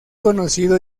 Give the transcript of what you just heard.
conocido